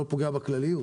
אני לא פוגע בכלליות